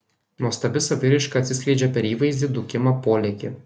nuostabi saviraiška atsiskleidžia per įvaizdį dūkimą polėkį